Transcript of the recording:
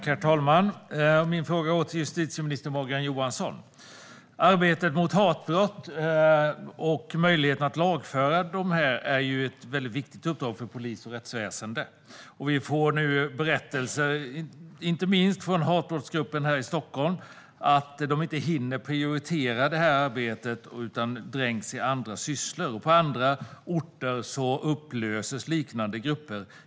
Herr talman! Min fråga går till justitie och migrationsminister Morgan Johansson. Arbetet mot hatbrott och möjligheten att lagföra gärningsmännen är ett viktigt uppdrag för polis och rättsväsen. Vi får nu berättelser, inte minst från hatbrottsgruppen här i Stockholm, om att man inte hinner prioritera detta arbete utan dränks i andra sysslor. På andra orter upplöses liknande grupper.